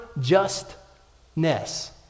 justness